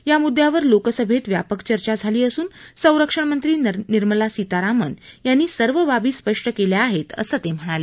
या मुद्द्यावर लोकसभेत व्यापक चर्चा झाली असून संरक्षण मंत्री निर्मला सीतारामन यांनी सर्व बाबी स्पष्ट केल्या आहेत असं ते म्हणाले